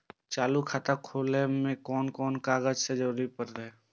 चालु खाता खोलय में कोन कोन कागज के जरूरी परैय?